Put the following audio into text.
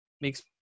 makes